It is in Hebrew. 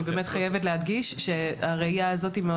אני באמת חייבת להדגיש שהראייה הזאתי מאוד